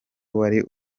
wari